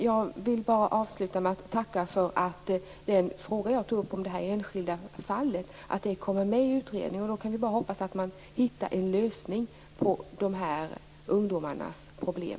Jag vill avsluta med att tacka för att den fråga som jag tog upp om det enskilda fallet kommer med i utredningen. Då hoppas jag bara att man hittar en lösning på dessa ungdomars problem.